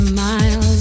miles